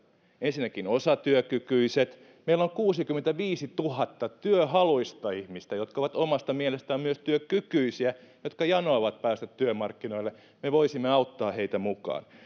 ensinnäkin osatyökykyiset meillä on kuusikymmentäviisituhatta työhaluista ihmistä jotka ovat omasta mielestään myös työkykyisiä jotka janoavat päästä työmarkkinoille me voisimme auttaa heitä mukaan